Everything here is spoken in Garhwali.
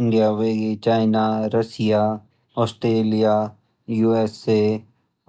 इण्डिया होएगी चाइना रसिया आस्ट्रेलिया यूएसए